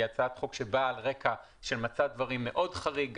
היא הצעת חוק שבאה על רקע של מצב דברים חריג מאוד,